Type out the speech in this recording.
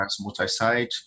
multi-site